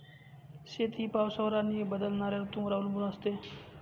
शेती ही पावसावर आणि बदलणाऱ्या ऋतूंवर अवलंबून असते